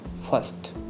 first